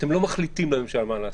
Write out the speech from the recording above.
אתם לא מחליטים לממשלה מה לעשות,